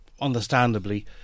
understandably